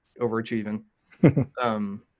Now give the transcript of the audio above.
overachieving